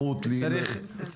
אפשרות ל- -- ואליד אלהואשלה (רע"מ,